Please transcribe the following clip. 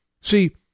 See